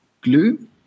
glue